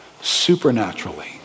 supernaturally